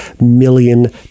million